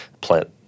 plant